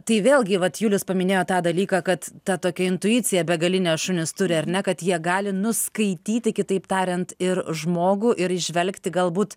tai vėlgi vat julius paminėjo tą dalyką kad tą tokią intuiciją begalinę šunys turi ar ne kad jie gali nuskaityti kitaip tariant ir žmogų ir įžvelgti galbūt